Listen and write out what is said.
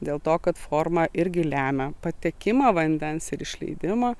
dėl to kad forma irgi lemia patekimą vandens ir išleidimą